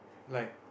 like